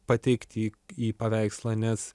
pateikti į paveikslą nes